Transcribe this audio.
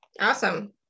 Awesome